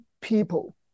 people